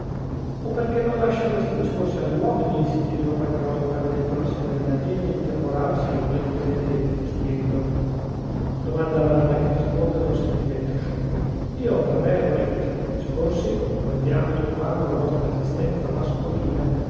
o perchè non lascia questi discorsi agli uomini si chiedeva qualche volta vedendo la signorina adele infervorarsi in quelle miserie dello spirito domanda vana che risponde ad un sentimento sciocco io per me vorrei che certi discorsi con cui andiamo turbando la nostra esistenza mascolina